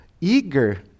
eager